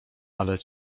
ale